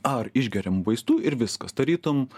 ar išgeriam vaistų ir viskas tarytum